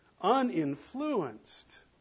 Uninfluenced